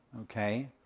Okay